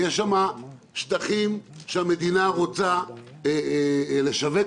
ויש שם שטחים שהמדינה רוצה לשווק,